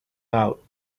out